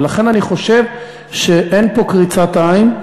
ולכן אני חושב שאין פה קריצת עין.